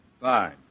Fine